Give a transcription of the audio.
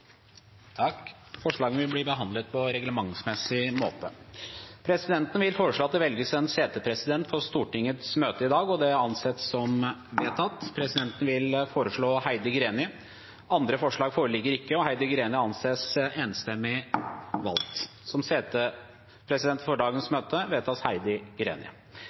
Forslagene vil bli behandlet på reglementsmessig måte. Presidenten vil foreslå at det velges en settepresident for Stortingets møte i dag. – Det anses vedtatt. Presidenten foreslår Heidi Greni. – Andre forslag foreligger ikke, og Heidi Greni anses enstemmig valgt som settepresident for dagens møte.